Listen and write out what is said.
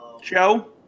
Show